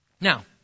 Now